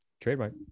Trademark